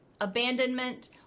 abandonment